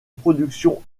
production